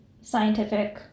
scientific